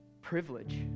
privilege